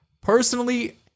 Personally